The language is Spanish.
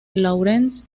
laurence